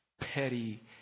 petty